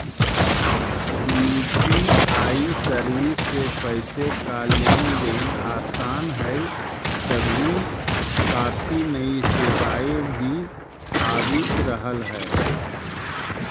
UPI service से पैसे का लेन देन आसान हई तभी काफी नई सेवाएं भी आवित रहा हई